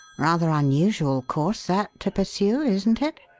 rather unusual course, that, to pursue, isn't it?